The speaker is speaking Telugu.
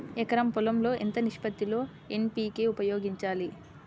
ఎకరం పొలం లో ఎంత నిష్పత్తి లో ఎన్.పీ.కే ఉపయోగించాలి?